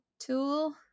Tool